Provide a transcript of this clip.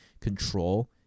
control